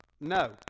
No